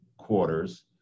quarters